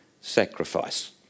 sacrifice